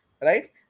right